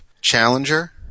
Challenger